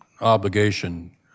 obligation